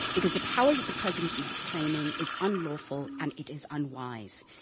because the power that the president and is claiming is unlawful and it is unwise.